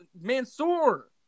Mansoor